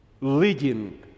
leading